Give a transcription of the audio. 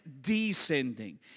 descending